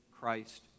Christ